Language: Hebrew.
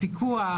פיקוח,